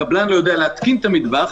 הקבלן לא יידע להתקין את המטבח.